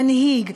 מנהיג.